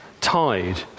tied